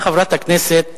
חברת הכנסת